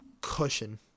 cushion